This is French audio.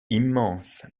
immense